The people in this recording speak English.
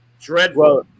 dreadful